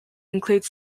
include